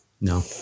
No